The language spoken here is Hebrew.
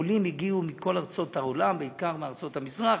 עולים הגיעו מכל ארצות העולם, בעיקר מארצות המזרח,